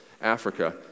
Africa